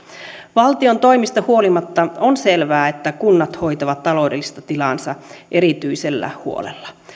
valtion toimista huolimatta on selvää että kunnat hoitavat taloudellista tilaansa erityisellä huolella